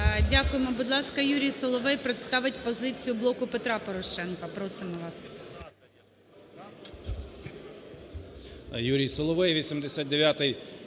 Дякую. Будь ласка, Юрій Соловей представить позицію "Блоку Петра Порошенка". Просимо вас.